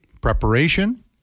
preparation